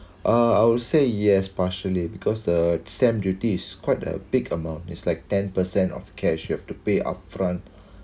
uh I would say yes partially because the stamp duties quite a big amount it's like ten per cent of cash you have to pay upfront